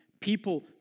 people